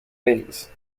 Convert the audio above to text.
wings